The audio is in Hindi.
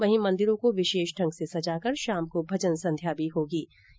वहीं मंदिरों को विशेष ढंग से सजाकर शाम को भजन संघ्या के भी आयोजन होंगे